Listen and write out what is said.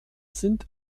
sind